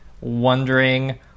wondering